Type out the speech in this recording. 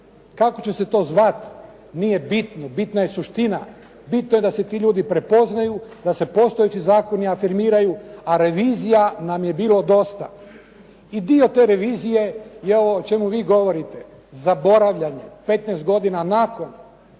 Kako će se to zvati, nije bitno. Bitna je suština, bitno je da se ti ljudi prepoznaju, da se postojeći zakoni afirmiraju, a revizija nam je bilo dosta. I dio te revizije je ovo o čemu vi govorite. Zaboravljanje 15 godina nakon,